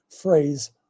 phrase